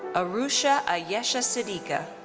ah arusha ah yeah ayesha siddiqa.